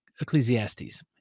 Ecclesiastes